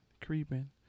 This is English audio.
creeping